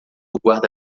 guarda